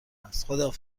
است